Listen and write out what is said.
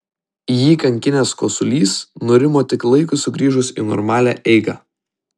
jį kankinęs kosulys nurimo tik laikui sugrįžus į normalią eigą